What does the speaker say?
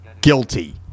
guilty